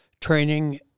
training